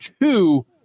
two